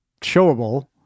showable